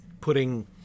putting